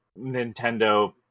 Nintendo